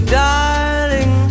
darling